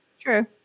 true